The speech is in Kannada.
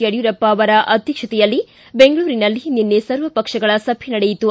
ಯಡಿಯೂರಪ್ಪ ಅವರ ಅಧ್ಯಕ್ಷತೆಯಲ್ಲಿ ಬೆಂಗಳೂರಿನಲ್ಲಿ ನಿನ್ನೆ ಸರ್ವಪಕ್ಷಗಳ ಸಭೆ ನಡೆಯಿತು